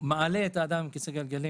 מעלה למעלון את האדם עם כיסא הגלגלים,